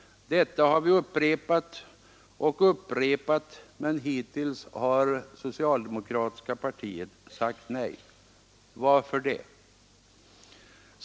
Detta har vi upprepat och upprepat, men hittills har socialdemokratiska partiet sagt nej. Varför?